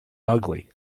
ugly